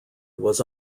was